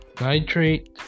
nitrate